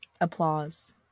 Applause